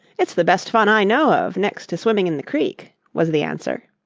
it's the best fun i know of, next to swimming in the creek, was the answer.